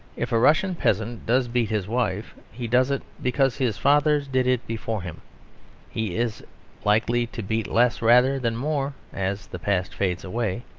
if a russian peasant does beat his wife, he does it because his fathers did it before him he is likely to beat less rather than more as the past fades away.